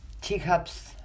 teacups